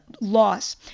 loss